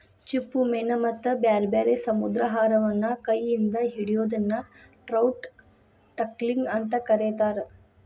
ಚಿಪ್ಪುಮೇನ ಮತ್ತ ಬ್ಯಾರ್ಬ್ಯಾರೇ ಸಮುದ್ರಾಹಾರವನ್ನ ಕೈ ಇಂದ ಹಿಡಿಯೋದನ್ನ ಟ್ರೌಟ್ ಟಕ್ಲಿಂಗ್ ಅಂತ ಕರೇತಾರ